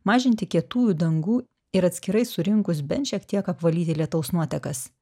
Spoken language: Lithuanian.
mažinti kietųjų dangų ir atskirai surinkus bent šiek tiek apvalyti lietaus nuotekas